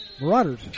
Marauders